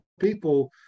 people